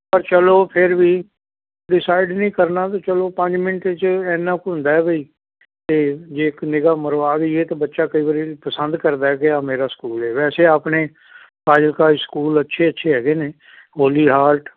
ਪਰ ਚਲੋ ਫਿਰ ਵੀ ਡਿਸਾਈਡ ਨਹੀਂ ਕਰਨਾ ਵੀ ਚਲੋ ਪੰਜ ਮਿੰਨਟ 'ਚ ਇੰਨਾ ਕੁ ਹੁੰਦਾ ਵੀ ਤੇ ਜੇ ਇੱਕ ਨਿਗ੍ਹਾ ਮਾਰਵਾ ਵੀ ਗਏ ਤਾਂ ਬੱਚਾ ਕਈ ਵਾਰ ਪਸੰਦ ਕਰਦਾ ਕਿ ਇਹ ਮੇਰਾ ਸਕੂਲ ਹੈਗਾ ਵੈਸੇ ਆਪਣੇ ਫ਼ਾਜ਼ਿਲਕਾ 'ਚ ਸਕੂਲ ਅੱਛੇ ਅੱਛੇ ਹੈਗੇ ਨੇ ਹੋਲੀ ਹਾਲਟ